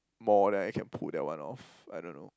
more than I can pull that one off I don't know